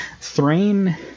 Thrain